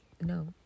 No